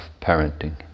parenting